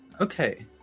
okay